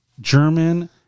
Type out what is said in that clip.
German